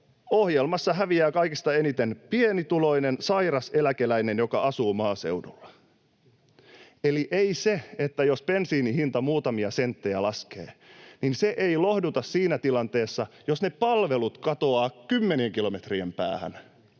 ohjelmassa häviää kaikista eniten pienituloinen sairas eläkeläinen, joka asuu maaseudulla. [Jani Mäkelä: Millä tavalla?] Eli ei se, jos bensiinin hinta muutamia senttejä laskee, lohduta siinä tilanteessa, jos ne palvelut katoavat kymmenien kilometrien päähän,